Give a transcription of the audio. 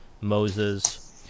Moses